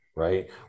Right